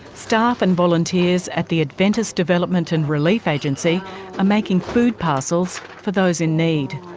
staff and volunteers at the adventist development and relief agency are making food parcels for those in need.